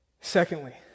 Secondly